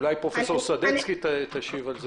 אולי פרופסור סדצקי תשיב.